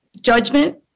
judgment